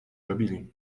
robili